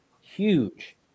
huge